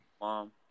Mom